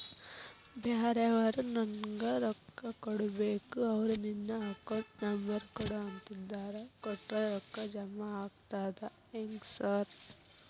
ಬ್ಯಾರೆವರು ನಂಗ್ ರೊಕ್ಕಾ ಕೊಡ್ಬೇಕು ಅವ್ರು ನಿನ್ ಅಕೌಂಟ್ ನಂಬರ್ ಕೊಡು ಅಂತಿದ್ದಾರ ಕೊಟ್ರೆ ರೊಕ್ಕ ಜಮಾ ಆಗ್ತದಾ ಹೆಂಗ್ ಸಾರ್?